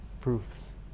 proofs